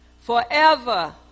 Forever